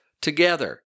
together